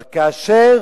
אבל כאשר